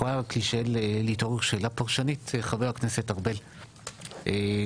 חבר הכנסת ארבל,